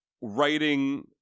writing